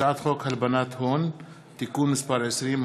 הצעת חוק הלבנת הון (תיקון מס' 20),